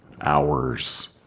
hours